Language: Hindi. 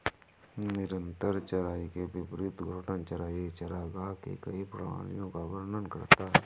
निरंतर चराई के विपरीत घूर्णन चराई चरागाह की कई प्रणालियों का वर्णन करता है